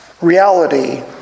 reality